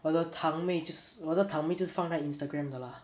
我的堂妹就我的堂妹就放在 Instagram 的 lah